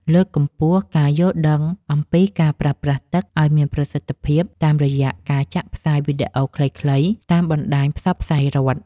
លើកកម្ពស់ការយល់ដឹងអំពីការប្រើប្រាស់ទឹកឱ្យមានប្រសិទ្ធភាពតាមរយៈការចាក់ផ្សាយវីដេអូខ្លីៗតាមបណ្ដាញផ្សព្វផ្សាយរដ្ឋ។